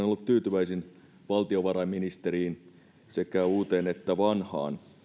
ollut tyytyväisin valtiovarainministeriin sekä uuteen että vanhaan